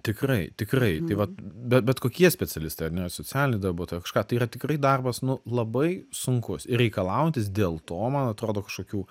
tikrai tikrai tai vat bet bet kokie specialistai ar ne socialiniai darbuotoja kažkokia tai yra tikrai darbas nu labai sunkus ir reikalaujantis dėl to man atrodo kažkokių